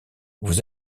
vous